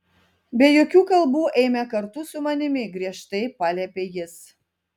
be jokių kalbų eime kartu su manimi griežtai paliepė jis